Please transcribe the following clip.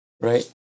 right